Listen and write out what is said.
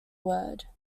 word